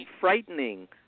frightening